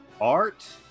art